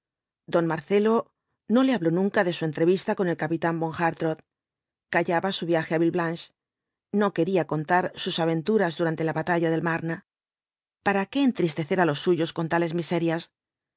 don marcelo no le habló nunca de su entrevista con el capitán von hartrott callaba su viaje á villeblanche no quería contar sus aventuras durante la batalla del mame para qué entristecer á los suyos con tales miserias